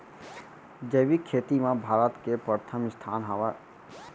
जैविक खेती मा भारत के परथम स्थान हवे